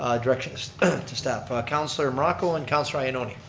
ah directions to staff. counselor morocco and counselor ioannoni.